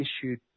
issued